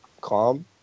calm